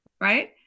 right